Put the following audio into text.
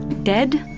dead?